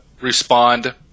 respond